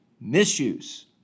misuse